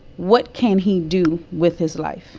what can he do with his life?